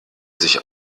sich